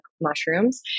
mushrooms